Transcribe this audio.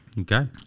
Okay